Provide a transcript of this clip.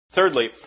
Thirdly